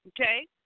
okay